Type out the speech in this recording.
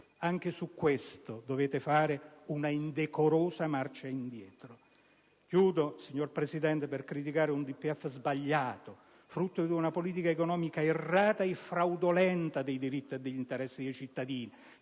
Anche su questo dovete fare un'indecorosa marcia indietro. Concludo, signor Presidente, per criticare un DPEF sbagliato, frutto di una politica economica errata e fraudolenta nei confronti dei diritti e degli interessi dei cittadini,